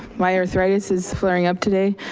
my arthritis is flaring up today.